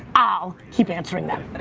i'll keep answering them.